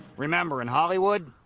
remember, in hollywood,